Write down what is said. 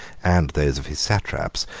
and those of his satraps,